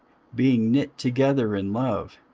being knit together in love,